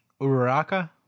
Uraraka